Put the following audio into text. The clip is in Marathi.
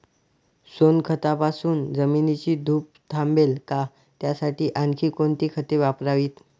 सोनखतापासून जमिनीची धूप थांबेल का? त्यासाठी आणखी कोणती खते वापरावीत?